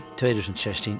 2016